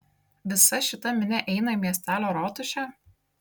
visa šita minia eina į miestelio rotušę